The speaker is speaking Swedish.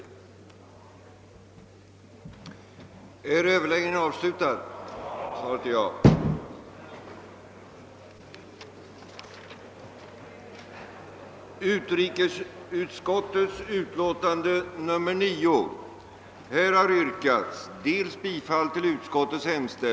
Maj:t hemställde att regeringen måtte tillsätta en särskild beredning, med representation från de demokratiska poktiska partierna, med uppgift att bereda och fatta beslut om stöd till motståndsrörelser. b) att i avvaktan på resultatet av här föreslagna förhandlingar eventuella utbetalningar av det till Nordvietnam utlovade kreditbiståndet finge ske över tilläggsstat samt